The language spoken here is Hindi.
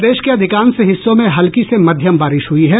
प्रदेश के अधिकांश हिस्सों में हल्की से मध्यम बारिश हुई है